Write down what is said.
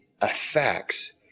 affects